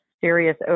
serious